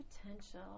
potential